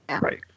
Right